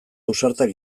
ausartak